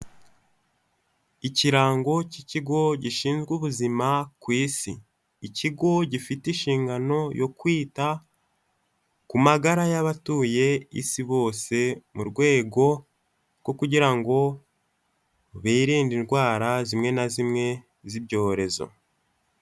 Ikirango k'ikigo gishinzwe ubuzima ku isi, ikigo gifite inshingano yo kwita ku magara y'abatuye isi bose mu rwego rwo kugira ngo birinde indwara zimwe na zimwe z'ibyorezo.